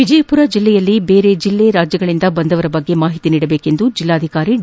ವಿಜಯಪುರ ಜಲ್ಲೆಯಲ್ಲಿ ಬೇರೆ ಜಲ್ಲೆ ರಾಜ್ಯಗಳಿಂದ ಬಂದವರ ಬಗ್ಗೆ ಮಾಹಿತಿ ನೀಡಬೇಕೆಂದು ಜಲ್ಲಾಧಿಕಾರಿ ಡಿ